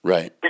Right